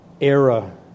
era